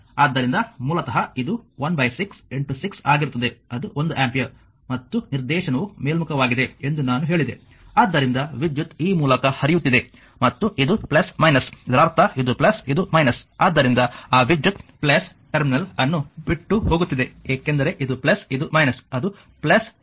ಆದ್ದರಿಂದ ಮೂಲತಃ ಇದು 16 6 ಆಗಿರುತ್ತದೆ ಅದು 1 ಆಂಪಿಯರ್ ಮತ್ತು ನಿರ್ದೇಶನವು ಮೇಲ್ಮುಖವಾಗಿದೆ ಎಂದು ನಾನು ಹೇಳಿದೆ ಆದ್ದರಿಂದ ವಿದ್ಯುತ್ ಈ ಮೂಲಕ ಹರಿಯುತ್ತಿದೆ ಮತ್ತು ಇದು ಇದರರ್ಥ ಇದು ಇದು ಆದ್ದರಿಂದ ಆ ವಿದ್ಯುತ್ ಟರ್ಮಿನಲ್ ಅನ್ನು ಬಿಟ್ಟು ಹೋಗುತ್ತಿದೆ ಏಕೆಂದರೆ ಇದು ಇದು ಅದು ಟರ್ಮಿನಲ್ ಅನ್ನು ಬಿಡುತ್ತದೆ